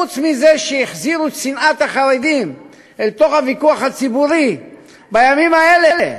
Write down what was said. חוץ מזה שהחזירו את שנאת החרדים אל תוך הוויכוח הציבורי בימים האלה,